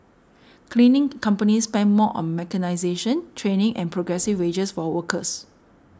cleaning companies spend more on mechanisation training and progressive wages for workers